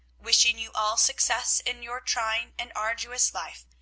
wishing you all success in your trying and arduous life,